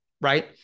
right